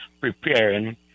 preparing